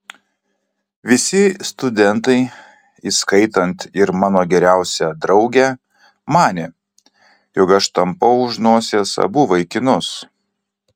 visi studentai įskaitant ir mano geriausią draugę manė jog aš tampau už nosies abu vaikinus